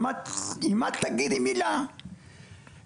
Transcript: אם את תגידי מילה לנו,